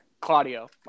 claudio